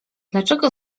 dlaczego